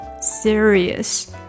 serious